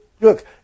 look